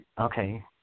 okay